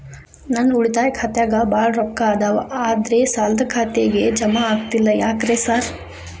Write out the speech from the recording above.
ನನ್ ಉಳಿತಾಯ ಖಾತ್ಯಾಗ ಬಾಳ್ ರೊಕ್ಕಾ ಅದಾವ ಆದ್ರೆ ಸಾಲ್ದ ಖಾತೆಗೆ ಜಮಾ ಆಗ್ತಿಲ್ಲ ಯಾಕ್ರೇ ಸಾರ್?